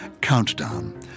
Countdown